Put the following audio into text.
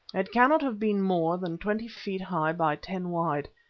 it cannot have been more than twenty feet high by ten wide,